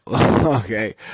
okay